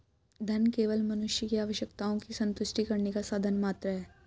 धन केवल मनुष्य की आवश्यकताओं की संतुष्टि करने का साधन मात्र है